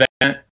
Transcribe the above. event